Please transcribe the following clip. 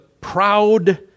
proud